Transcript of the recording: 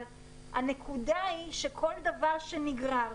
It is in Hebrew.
אבל הנקודה היא שכל דבר שנגרר,